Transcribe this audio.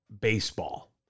baseball